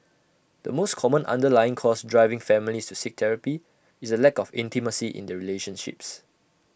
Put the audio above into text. the most common underlying cause driving families to seek therapy is the lack of intimacy in their relationships